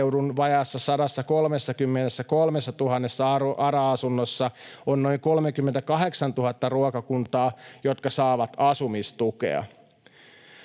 vajaassa 133 000 ARA-asunnossa on noin 38 000 ruokakuntaa, jotka saavat asumistukea.